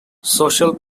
social